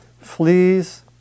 Fleas